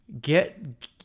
get